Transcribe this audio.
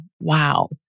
wow